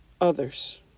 others